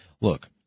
look